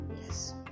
yes